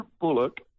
Bullock